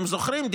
אתם זוכרים?